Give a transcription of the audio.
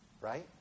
right